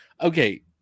okay